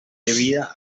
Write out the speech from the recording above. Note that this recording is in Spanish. debida